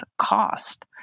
cost